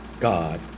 God